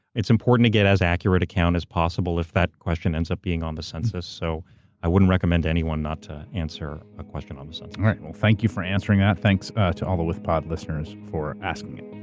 it's important to get as accurate a count as possible if that question ends up being on the census. so i wouldn't recommend to anyone not to answer a question on the census. alright. well thank you for answering that. thanks to all the withpod listeners for asking it.